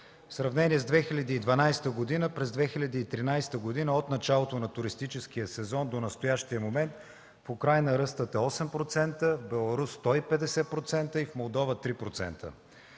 В сравнение с 2012 г. през 2013 г. от началото на туристическия сезон до настоящия момент в Украйна ръстът е 8%, в Беларус – 150% и в Молдова – 3%.